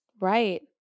Right